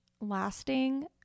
lasting